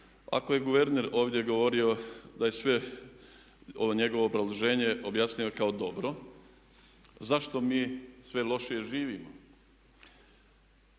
Ako je guverner ovdje govorio da je sve ovo njegovo obrazloženje objasnio kao dobro zašto mi sve lošije živimo?